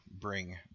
bring